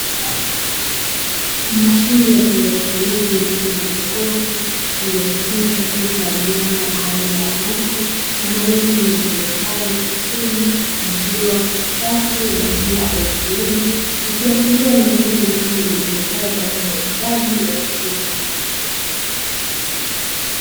Mashine ya kielektroniki mfano wa jokofu lililochapishwa picha ya mnyama aina ya ng’ombe, na maneno yasomekayo "Uchumi maziwa safi maziwa ATM”. Ikiashiria ni mashine maalumu itumikayo kwa ajili ya uuzaji wa maziwa.